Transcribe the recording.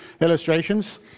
illustrations